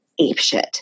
apeshit